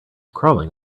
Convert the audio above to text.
crawling